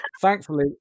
thankfully